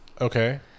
Okay